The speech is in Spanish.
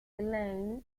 lane